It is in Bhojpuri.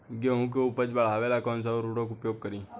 गेहूँ के उपज बढ़ावेला कौन सा उर्वरक उपयोग करीं?